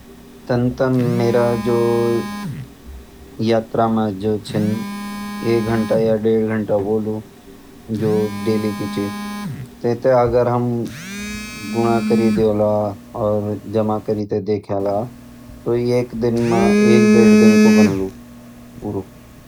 तन त मेर जु यात्रा म जु छन एक घण्टा या डेड घण्टा होलु जु डेली की छ। तै थै अगर हम गुणा करी द्योला और जमा करी तैं देखला तो एक दिन में एक डेढ दिन कु बनणू लू पूरू।